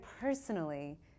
personally